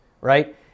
Right